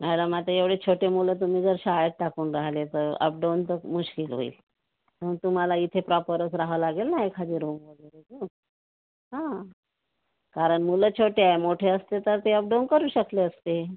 हा तर मग एवढे छोटे मुलं तुम्ही जर शाळेत टाकून राहिले तर अपडाऊन तर मुश्किल होईल म्हणून तुम्हाला इथे प्रॉपरच राहावं लागेल ना एखादी रूम वगैरे घेऊन हा कारण मुलं छोटे आहे मोठे असते तर अपडाऊन करू शकले असते